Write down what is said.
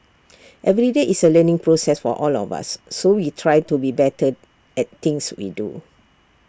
every day is A learning process for all of us so we try to be better at things we do